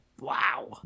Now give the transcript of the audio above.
Wow